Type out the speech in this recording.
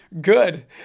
good